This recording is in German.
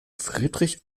friedrich